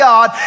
God